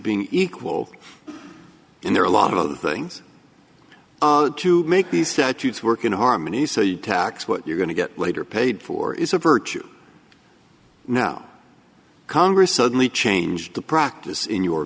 being equal and there are a lot of other things to make these statutes work in harmony so you tax what you're going to get later paid for is a virtue no congress suddenly changed the practice in your